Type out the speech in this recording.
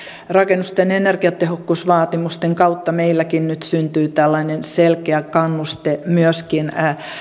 rakennusten energiatehokkuusvaatimusten kautta meilläkin nyt syntyy tällainen selkeä kannuste myöskin